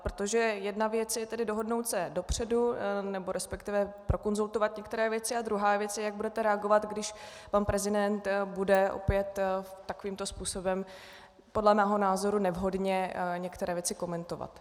Protože jedna věc je tedy dohodnout se dopředu, nebo resp. prokonzultovat některé věci, a druhá věc je, jak budete reagovat, když pan prezident bude opět takovýmto způsobem, podle mého názoru nevhodně, některé věci komentovat.